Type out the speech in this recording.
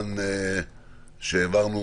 כשהעברנו